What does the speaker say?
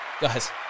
Guys